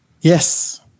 Yes